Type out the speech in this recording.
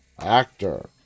Actor